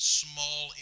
small